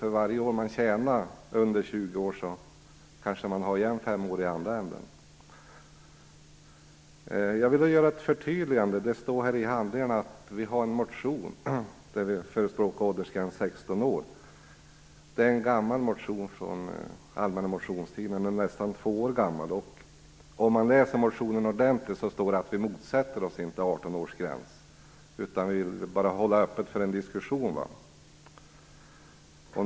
För varje år man tjänar när man är under 20 år kanske man har igen fem år i andra änden. Jag vill göra ett förtydligande. Det står i handlingarna att vi har en motion där vi förespråkar åldersgränsen 16 år. Det är en gammal motion från allmänna motionstiden. Den är nästan två år gammal. Om man läser motionen ordentligt ser man att det står att vi inte motsätter oss en 18-årsgräns. Vi vill bara hålla öppet för en diskussion.